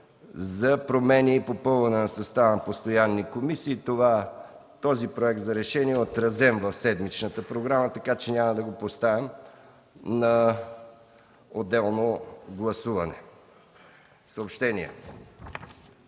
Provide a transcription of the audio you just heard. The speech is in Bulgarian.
за промени и попълване на състава на постоянни комисии. Този проект за решение е отразен в седмичната програма, така че няма да го поставям на отделно гласуване. Съобщение